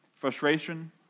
Frustration